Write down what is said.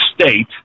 state